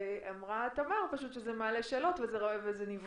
אמרה תמר פשוט שזה מעלה שאלות ושזה נבחן.